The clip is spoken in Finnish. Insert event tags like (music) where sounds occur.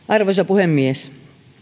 (unintelligible) arvoisa puhemies